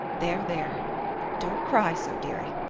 there there don't cry so, dearie.